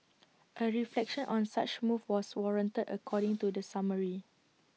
A reflection on such move was warranted according to the summary